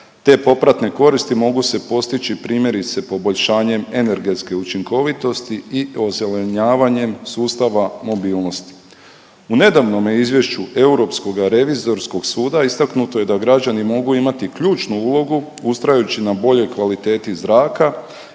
Te popratne koristi mogu se postići, primjerice, poboljšanjem energetske učinkovitosti i ozelenjavanjem sustava mobilnosti. U nedavnome izvješću Europskoga revizorskog suda istaknuto je da građani mogu imati ključnu ulogu ustrajući na boljoj kvaliteti zraka